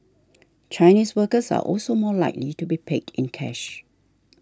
Chinese workers are also more likely to be paid in cash